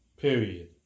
Period